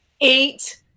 Eight